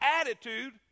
attitude